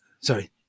Sorry